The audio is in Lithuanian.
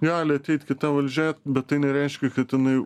gali ateit kita valdžia bet tai nereiškia kad jinai